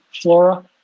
flora